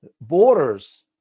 borders